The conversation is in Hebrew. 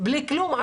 בלי כלום.